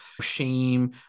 shame